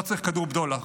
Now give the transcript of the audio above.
לא צריך כדור בדולח,